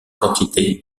quantité